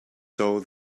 saw